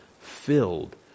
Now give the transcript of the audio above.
filled